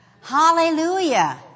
Hallelujah